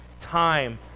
time